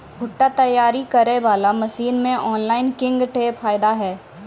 भुट्टा तैयारी करें बाला मसीन मे ऑनलाइन किंग थे फायदा हे?